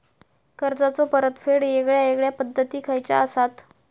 कर्जाचो परतफेड येगयेगल्या पद्धती खयच्या असात?